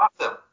Awesome